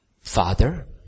father